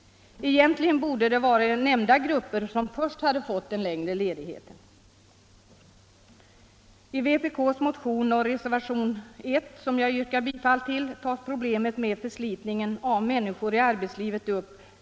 Egentligen borde de grupper jag här nämnt varit de som först fått den längre ledigheten. I vpk:s motion och reservation 1, som jag yrkar bifall till, tas problemet med förslitningen av människor i arbetslivet upp.